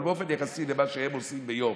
אבל זה באופן יחסי למה שהם עושים ביום,